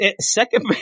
second